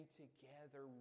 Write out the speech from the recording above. together